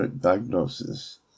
diagnosis